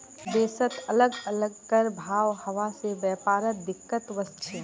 देशत अलग अलग कर भाव हवा से व्यापारत दिक्कत वस्छे